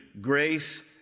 Grace